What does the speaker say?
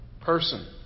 person